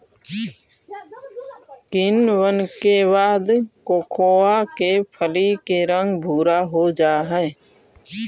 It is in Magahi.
किण्वन के बाद कोकोआ के फली के रंग भुरा हो जा हई